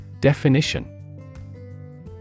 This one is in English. Definition